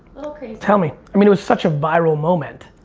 little crazy. tell me. i mean it was such a viral moment.